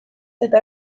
eta